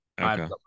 Okay